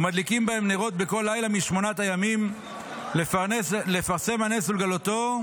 ומדליקים בהם נרות בכל לילה משמונת הימים לפרסם הנס ולגלותו,